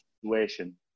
situation